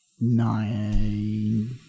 Nine